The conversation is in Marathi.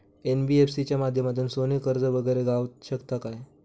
एन.बी.एफ.सी च्या माध्यमातून सोने कर्ज वगैरे गावात शकता काय?